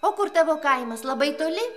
o kur tavo kaimas labai toli